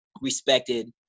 respected